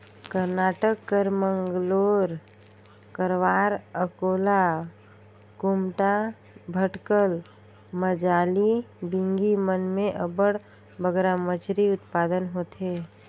करनाटक कर मंगलोर, करवार, अकोला, कुमटा, भटकल, मजाली, बिंगी मन में अब्बड़ बगरा मछरी उत्पादन होथे